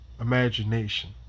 Imagination